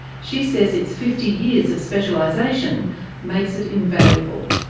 she says its fifty years of specialisation makes it invaluable.